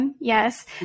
Yes